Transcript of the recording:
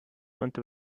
unter